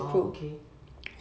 oh okay